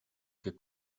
che